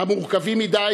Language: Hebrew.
המורכבים מדי,